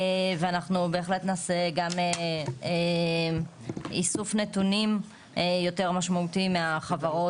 ואנחנו בהחלט נעשה גם איסוף נתונים יותר משמעותי מהחברות,